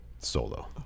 Solo